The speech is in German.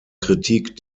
kritik